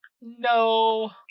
no